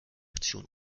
aktion